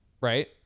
right